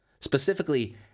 Specifically